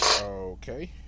okay